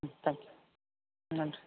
ம் thank you நன்றி